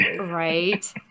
right